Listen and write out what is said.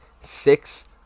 six